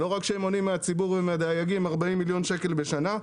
לא רק שהם מונעים מן הציבור ומן הדייגים 40 מיליון שקל בשנה,